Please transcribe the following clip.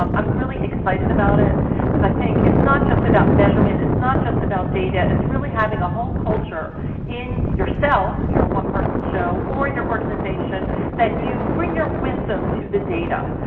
um i'm really excited about it because i think it's not just about measurement, it's not just about data. it's really having a whole culture in yourself, if you're a one person show, or your organization that you bring your wisdom to the data.